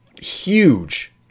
huge